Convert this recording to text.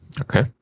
Okay